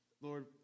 Lord